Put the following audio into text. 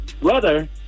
brother